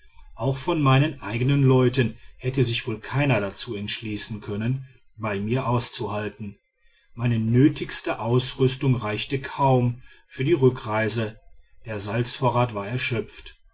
auch von meinen eigenen leuten hätte sich wohl keiner dazu entschließen können bei mir auszuhalten meine nötigste ausrüstung reichte kaum für die rückreise der salzvorrat war erschöpft